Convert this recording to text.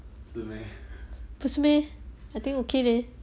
是 meh